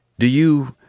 do you,